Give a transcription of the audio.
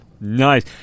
nice